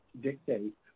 dictate